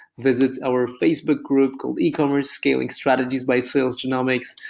visit our facebook group called ecommerce scaling strategies by sales genomics,